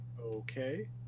Okay